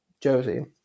Josie